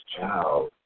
child